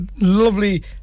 lovely